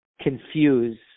confuse